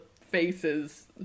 faces